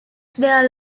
there